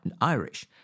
Irish